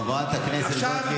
חברת הכנסת גוטליב, להבא,